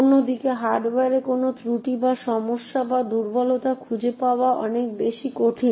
অন্যদিকে হার্ডওয়্যারে কোনও ত্রুটি বা সমস্যা বা দুর্বলতা খুঁজে পাওয়া অনেক বেশি কঠিন